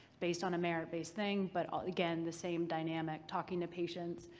based on a merit-based thing, but again, the same dynamic talking to patients,